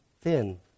thin